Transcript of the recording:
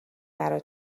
برا